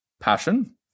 Passion